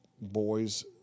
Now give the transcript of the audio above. boys